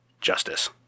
Justice